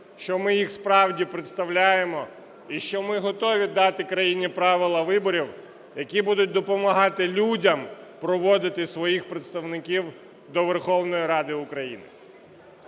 що ми їх справді представляємо, і що ми готові дати країні правила виборів, які будуть допомагати людям проводити своїх представників до Верховної Ради України.